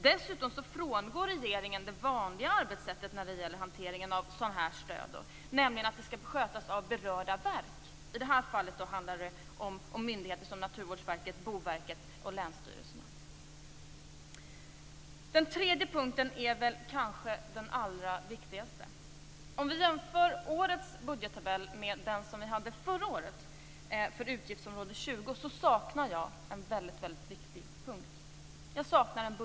Regeringen frångår det vanliga arbetssättet för hanteringen av stöd, nämligen att det skall skötas av berörda verk. I det här fallet handlar det om Naturvårdsverket, Boverket och länsstyrelserna. Den tredje punkten är kanske den allra viktigaste. Jämfört med budgettabellen förra året saknar jag i årets budgettabell för utgiftsområde 20 en mycket viktig punkt.